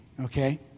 Okay